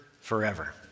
forever